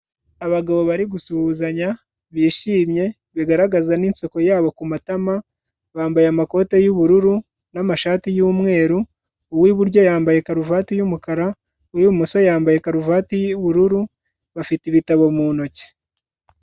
Abagabo bari gusuhuzanya bishimye, bigaragaza n'inseko yabo ku matama, bambaye amakoti y'ubururu n'amashati y'umweru, uw'iburyo yambaye karuvati y'umukara, uw'ibumoso yambaye karuvati y'ubururu, bafite ibitabo mu ntoki.